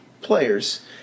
players